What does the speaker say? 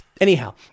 anyhow